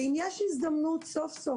ואם יש הזדמנות סוף סוף,